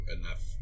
enough